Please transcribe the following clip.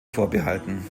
vorbehalten